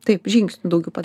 taip žingsnių daugiau padaryt